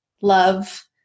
love